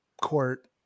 court